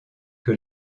que